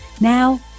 Now